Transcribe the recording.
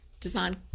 design